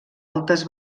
altes